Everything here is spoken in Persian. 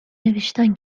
نوشتن